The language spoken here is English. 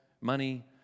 money